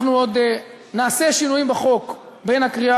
אנחנו עוד נעשה שינויים בחוק בין הקריאה